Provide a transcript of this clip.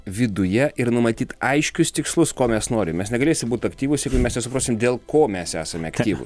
viduje ir numatyt aiškius tikslus ko mes norim mes negalėsim būt aktyvūs jeigu mes nesuprasim dėl ko mes esame aktyvūs